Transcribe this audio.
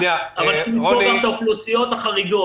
אבל צריך לספור גם את האוכלוסיות החריגות.